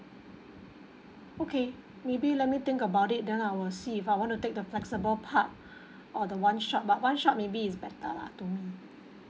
okay maybe let me think about it then I'll see if I want to take the flexible part or the one shot but one shot maybe is better lah to me